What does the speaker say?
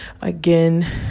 Again